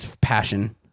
passion